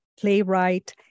playwright